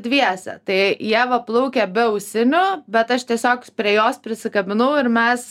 dviese tai ieva plaukia be ausinių bet aš tiesiog prie jos prisikabinau ir mes